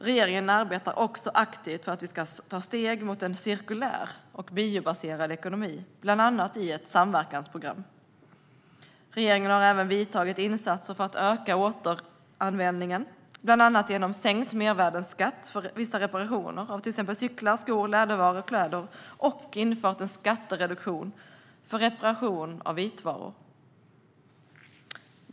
Regeringen arbetar aktivt för att vi ska ta steg mot en cirkulär och biobaserad ekonomi, bland annat i ett samverkansprogram. Regeringen har även vidtagit åtgärder för att öka återanvändningen, bland annat genom sänkt mervärdesskatt på reparationer av till exempel cyklar, skor, lädervaror och kläder, samt infört en skattereduktion för reparation av vitvaror.